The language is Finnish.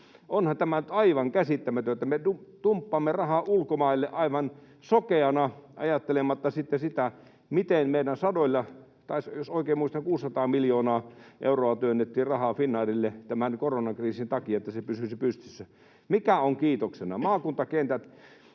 Onhan tämä nyt aivan käsittämätöntä. Me dumppaamme rahaa ulkomaille aivan sokeina ajattelematta sitten sitä, miten meidän sadoilla... — Tai jos oikein muistan, niin 600 miljoonaa euroa työnnettiin rahaa Finnairille tämän koronakriisin takia, että se pysyisi pystyssä. Mikä on kiitoksena? Maakuntakentillä,